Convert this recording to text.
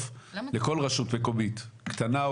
לכל רשות מקומית קטנה,